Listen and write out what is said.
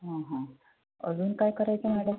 हं हं अजून काय करायचं मॅडम